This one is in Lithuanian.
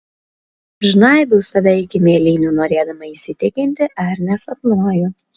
žnaibiau save iki mėlynių norėdama įsitikinti ar nesapnuoju